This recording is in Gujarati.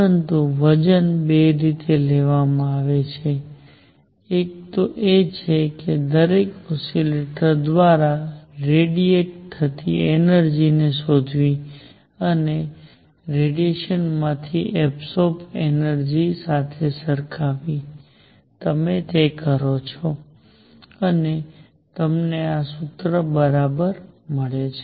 પરંતુ વજન બે રીતે લેવામાં આવે છે એક એ છે કે દરેક ઓસિલેટર દ્વારા રેડિયેટ થતી એનર્જી ને શોધવી અને તેને રેડિયેશનમાંથી એબ્સૉર્બ એનર્જી સાથે સરખાવવી તમે તે કરો છો અને તમને આ સૂત્ર બરાબર મળે છે